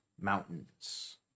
Mountains